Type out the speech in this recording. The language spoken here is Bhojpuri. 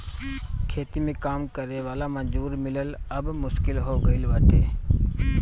खेती में काम करे वाला मजूर मिलल अब मुश्किल हो गईल बाटे